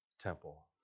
temple